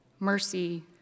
mercy